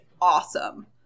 awesome